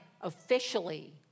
officially